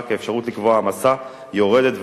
כאפשרות לקבוע העמסה הולכת ויורדת,